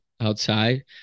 outside